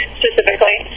specifically